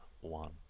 One